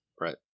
Right